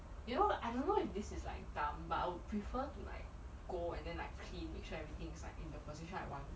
you know I don't know if this is like dumb but I would prefer to my go and then like clean make sure everything in the position I want